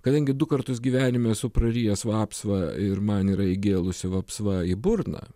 kadangi du kartus gyvenime esu prarijęs vapsvą ir man yra įgėlusi vapsva į burną